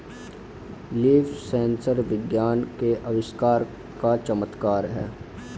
leaf sensor विज्ञान के आविष्कार का चमत्कार है